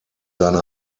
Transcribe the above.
seine